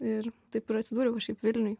ir taip ir atsidūriau kažkaip vilniuj